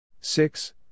Six